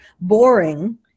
boring